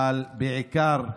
אבל בעיקר,